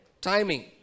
timing